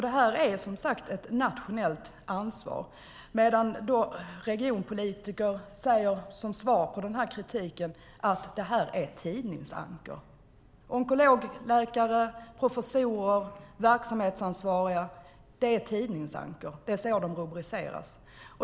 Det är som sagt ett nationellt ansvar. Regionpolitiker säger som svar på kritiken att det är tidningsankor. Onkologläkare, professorer och verksamhetsansvariga är tidningsankor. Det är så de rubriceras.